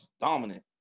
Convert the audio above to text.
dominant